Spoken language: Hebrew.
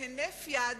בהינף יד,